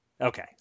Okay